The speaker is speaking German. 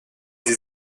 sie